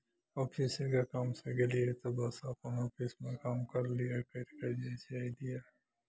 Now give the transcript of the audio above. ऑफिसेके कामसँ गेलियै तऽ बस अपन ऑफिसमे काम करलियै करि कऽ जे छै से एलियै